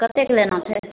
कतेक लेना छै